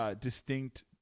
distinct